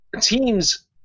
teams